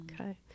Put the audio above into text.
Okay